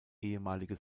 ehemalige